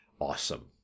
awesome